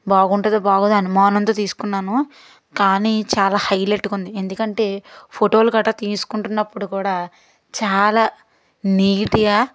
బాగుంటుందో బాగోదో అనుమానంతో తీసుకున్నాను కానీ చాలా హైలెట్గా ఉంది ఎందుకంటే ఫోటోలు కట్ట తీసుకుంటున్నప్పుడు కూడా చాలా నీట్గా